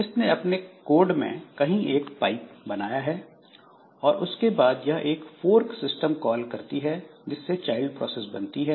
इसने अपने कोड में कहीं एक पाइप बनाया है और उसके बाद यह एक फोर्क सिस्टम कॉल करती है जिससे चाइल्ड प्रोसेस बनती है